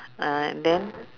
uh and then